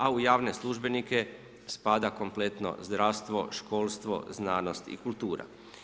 A u javne službenike spada kompletno zdravstvo, školstvo, znanost i kultura.